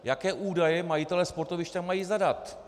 Jaké údaje majitelé sportovišť tam mají zadat?